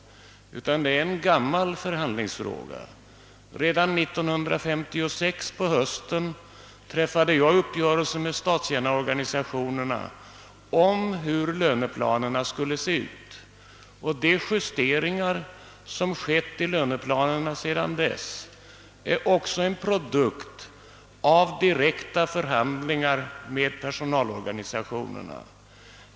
Det är en gammal förhandlingsfråga. Redan 1956 på hösten träffade jag uppgörelse med statstjänarorganisationerna om hur löneplanerna skulle se ut. De justeringar som skett i löneplanerna sedan dess är också en produkt av direkta förhandlingar med personalorganisationerna.